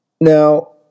Now